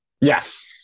Yes